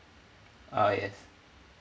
uh yes